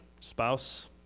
spouse